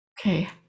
Okay